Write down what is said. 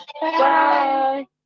bye